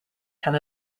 can